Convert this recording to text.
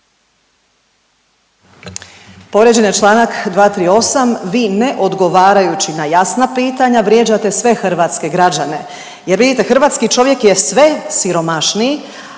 Povrijeđen je čl. 238. vi ne odgovarajući na jasna pitanja vrijeđate sve hrvatske građane jer vidite hrvatski čovjek je sve siromašniji,